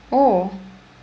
oh